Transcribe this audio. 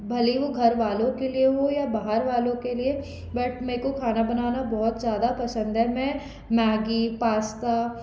भले ही वो घर वालों के लिए हो या बाहर वालों के लिए बट मुझको खाना बनाना बहुत ज़्यादा पसंद है मैं मैगी पास्ता